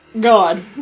God